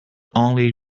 only